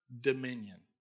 dominion